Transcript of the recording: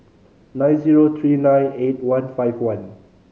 nine zero three nine eight one five one